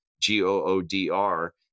G-O-O-D-R